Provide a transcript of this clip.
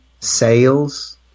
sales